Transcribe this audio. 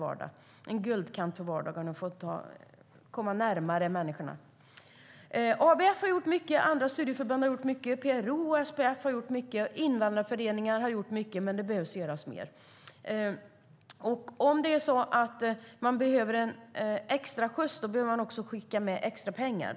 Det blir en guldkant på vardagen att komma närmare människor. ABF har gjort mycket, andra studieförbund har gjort mycket, PRO och SPF har gjort mycket och invandrarföreningarna har gjort mycket, men det behöver göras mer. Om det behövs en extraskjuts behöver vi också skicka med mer pengar.